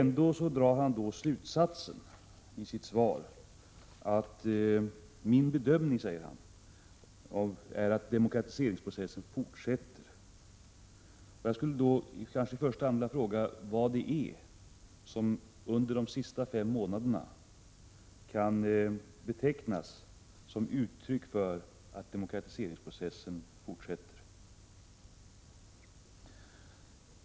Ändå drar han slutsatsen ”att demokratiseringsprocessen fortsätter”. Jag skulle då i första hand vilja fråga vad det är som inträffat under de senaste fem månaderna som kan betecknas som ett uttryck för att demokratiseringsprocessen fortsätter.